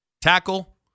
Tackle